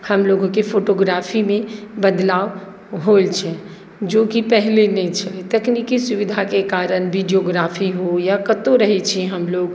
हम लोगोकेंँ फोटोग्राफीमे बदलाव होइत छै जो कि पहले नहि छलै तकनीकी सुविधाके कारण वीडियोग्राफी हो या कतहुँ रहैत छी हम लोग